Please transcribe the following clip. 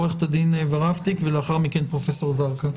עורכת הדין ורהפטיג ולאחר מכן פרופסור סלמאן זרקא.